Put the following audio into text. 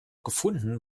gefunden